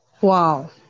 Wow